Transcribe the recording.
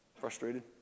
Frustrated